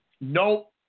Nope